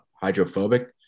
hydrophobic